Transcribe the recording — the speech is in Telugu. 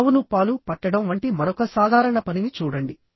ఆవును పాలు పట్టడం వంటి మరొక సాధారణ పనిని చూడండి